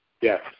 Yes